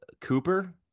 Cooper